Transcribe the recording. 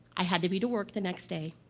i had to be to work the next day.